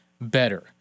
better